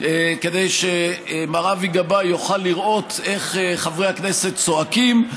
כדי שמר אבי גבאי יוכל לראות איך חברי הכנסת צועקים.